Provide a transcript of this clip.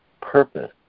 purpose